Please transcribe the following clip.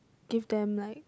give them like